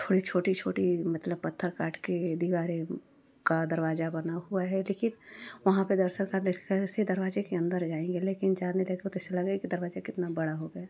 थोड़ी छोटी छोटी मतलब पत्थर काट के दीवारें का दरवाजा बना हुआ है लेकिन वहाँ का दर्शन करने कैसे दरवाजे के अंदर जाएंगे लेकिन जाने लगो तो ऐसा लगेगा कि दरवाजा कितना बड़ा हो गया